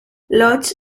lodge